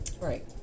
right